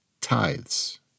Tithes